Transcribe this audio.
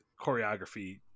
choreography